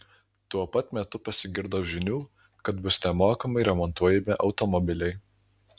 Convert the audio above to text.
tuo pat metu pasigirdo žinių kad bus nemokamai remontuojami automobiliai